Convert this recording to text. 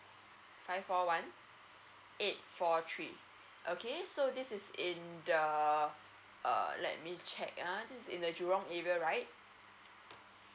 five four one eight four three okay so this is in the err let me check uh this is in the jurong area right